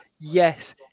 Yes